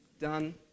done